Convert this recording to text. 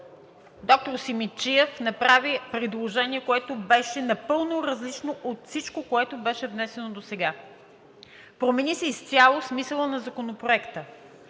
доктор Симидчиев направи предложение, което беше напълно различно от всичко, което беше внесено досега. Промени се изцяло смисълът на Законопроекта.